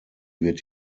wird